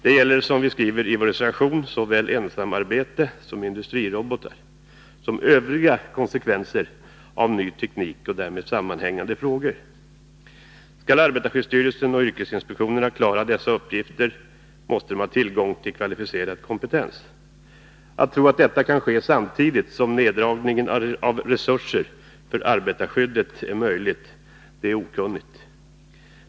Det gäller, som vi skriver i vår reservation, såväl ensamarbete som industrirobotar och övriga konsekvenser av ny teknik och därmed sammanhängande frågor. Skall arbetarskyddsstyrelsen och yrkesinspektionen klara dessa uppgifter, måste de ha tillgång till kvalificerad kompetens. Att tro att detta kan ske samtidigt med neddragningen av resurser för arbetarskyddet är okunnigt.